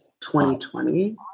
2020